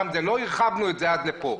לא הרחבנו את זה עד פה.